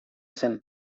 zen